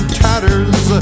tatters